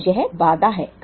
तो यह बाधा है